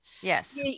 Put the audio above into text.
Yes